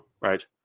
right